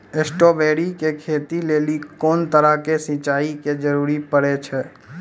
Strawberry के खेती लेली कोंन तरह के सिंचाई के जरूरी पड़े छै?